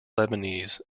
lebanese